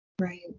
right